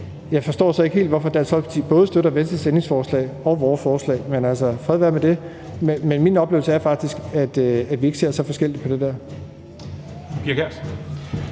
Jeg forstår så ikke helt, hvorfor Dansk Folkeparti både støtter Venstres ændringsforslag og vores forslag, men fred være med det. Min oplevelse er faktisk, at vi ikke ser så forskelligt på det her.